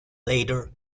later